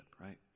right